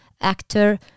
actor